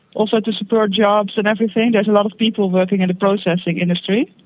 also to support jobs and everything there's a lot of people working in the processing industry.